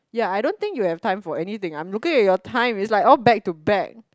ya I don't think you have time for anything I'm looking at your time it's like all back to back